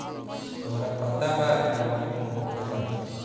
तोहरा पता बा एगो उन होखेला